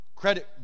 credit